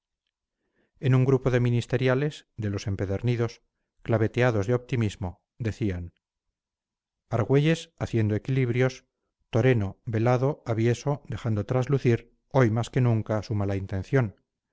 en un grupo de ministeriales de los empedernidos claveteados de optimismo decían argüelles haciendo equilibrios toreno velado avieso dejando traslucir hoy más que nunca su mala intención